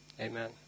Amen